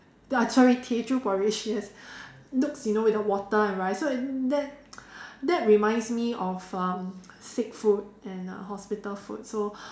ah ya sorry Teochew porridge yes looks you know without water and rice so it that that reminds me of um sick food and um hospital food so